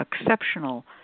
exceptional